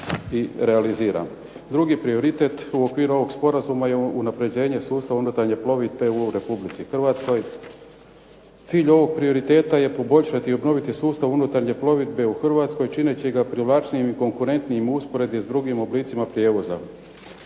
Drugi prioritet u okviru ovog sporazuma je unapređenje sustava unutarnje plovidbe u Republici Hrvatskoj. Cilj ovog prioriteta je poboljšati i obnoviti sustav unutarnje plovidbe u Hrvatskoj čineći ga privlačnijim i konkurentnijim u usporedbi s drugim oblicima prijevoza.